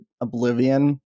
Oblivion